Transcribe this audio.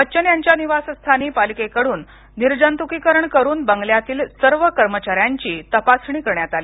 बच्चन यांच्या निवासस्थानी पालिकेकडून निर्जतुकीकरण करून बंगल्यातील सर्व कर्मचाऱ्यांची तपासणी करण्यात आली